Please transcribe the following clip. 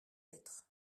lettres